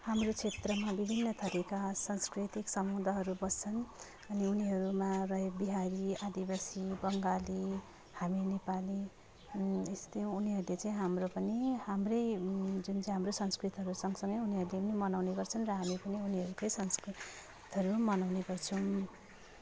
हाम्रो क्षेत्रमा विभिन्न थरीका सांस्कृतिक समुदायहरू बस्छन् यिनीहरूमा भए बिहारी आदिवासी बङ्गाली हामी नेपाली अनि यस्तै हो उनीहरूले चाहिँ हाम्रो पनि हाम्रै जुन चाहिँ हाम्रो संस्कृतिहरू सँग सँगै उनीहरूले पनि मनाउने गर्छन् र हामी पनि उनीहरूकै संस्कृतिहरू मनाउने गर्छौँ